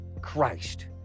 Christ